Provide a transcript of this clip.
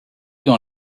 dans